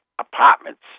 apartments